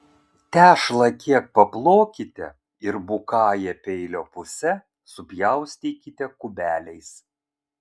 tešlą kiek paplokite ir bukąja peilio puse supjaustykite kubeliais